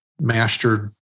mastered